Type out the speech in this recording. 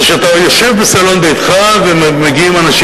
זה שאתה יושב בסלון ביתך ומגיעים אנשים